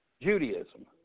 Judaism